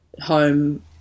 home